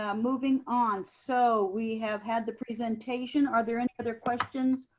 ah moving on. so we have had the presentation. are there any other questions